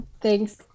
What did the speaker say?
thanks